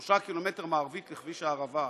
3 ק"מ מערבית לכביש הערבה.